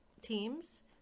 teams